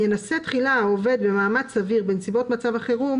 -- "ינסה תחילה העובד במאמץ סביר בנסיבות מצב החירום,